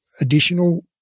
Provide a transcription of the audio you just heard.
additional